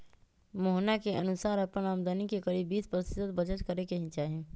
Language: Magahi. मोहना के अनुसार अपन आमदनी के करीब बीस प्रतिशत बचत करे के ही चाहि